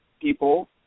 people